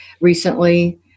recently